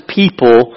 people